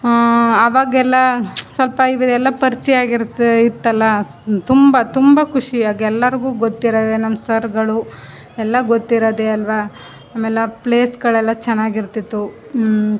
ಅವಾಗೆಲ್ಲ ಸ್ವಲ್ಪ ಇವೆಲ್ಲ ಪರ್ಚಯ ಆಗಿರುತ್ತೆ ಇತ್ತಲ್ಲ ಸ್ ತುಂಬ ತುಂಬ ಖುಷಿ ಆಗ ಎಲ್ಲರಿಗೂ ಗೊತ್ತಿರೋದೆ ನಮ್ಮ ಸರ್ಗಳು ಎಲ್ಲ ಗೊತ್ತಿರೋದೆ ಅಲ್ವಾ ಆಮೇಲೆ ಪ್ಲೇಸುಗಳೆಲ್ಲ ಚೆನ್ನಾಗಿರ್ತಿತ್ತು